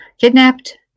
Kidnapped